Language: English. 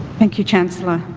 thank you chancellor,